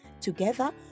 together